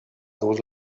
dur